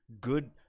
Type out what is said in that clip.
good